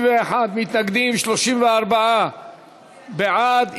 51 מתנגדים, 34 בעד.